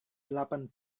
delapan